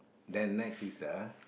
the next is the